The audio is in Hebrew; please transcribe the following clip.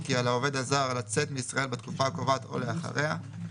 כי על העובד הזר לצאת מישראל בתקופה הקובעת או לאחריה (2)